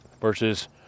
Versus